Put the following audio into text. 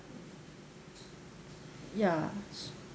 ya